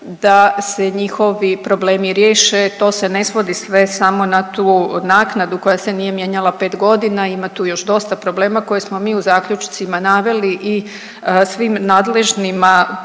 da se njihovi problemi riješe, to se ne svodi sve samo na tu naknadu koja se nije mijenjala 5.g., ima tu još dosta problema koje smo mi u zaključcima naveli i svim nadležnima poslali,